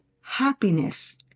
happiness